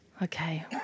Okay